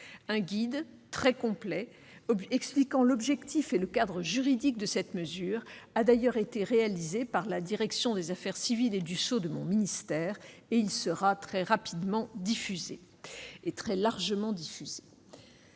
Un guide très complet exposant l'objectif et le cadre juridique de cette mesure a été réalisé par la direction des affaires civiles et du sceau de mon ministère. Il sera très rapidement et très largement diffusé.